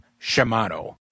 Shimano